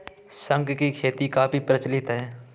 शंख की खेती काफी प्रचलित है